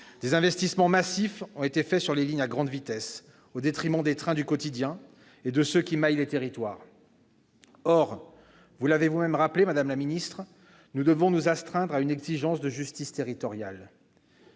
Des investissements massifs ont été réalisés sur les lignes à grande vitesse au détriment des trains du quotidien et de ceux qui maillent les territoires. Or, vous l'avez vous-même rappelé, madame la ministre, nous devons nous astreindre à une exigence de justice territoriale.